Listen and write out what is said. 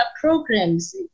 programs